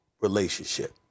relationship